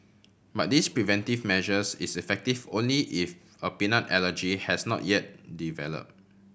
but this preventive measures is effective only if a peanut allergy has not yet develop